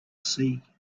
sea